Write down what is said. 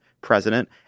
president